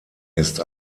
ist